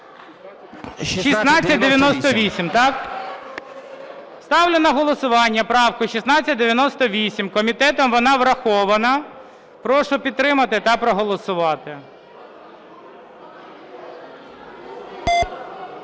1698, так? Ставлю на голосування правку 1698. Комітетом вона врахована. Прошу підтримати та проголосувати.